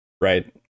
right